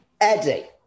Eddie